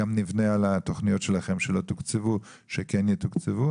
גם נבנה על התוכניות של משרד הרווחה שלא תוקצבו כדי שכן יתוקצבו.